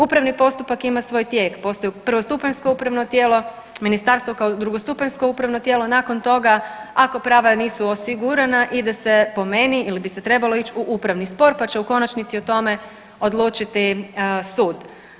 Upravni postupak ima svoj tijek, postaju prvostupanjsko upravno tijelo, ministarstvo kao drugostupanjsko upravno tijelo, nakon toga ako prava nisu osigurana ide se po meni ili bi se trebalo ić u upravni spor, pa će u konačnici o tome odlučiti sud.